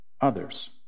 others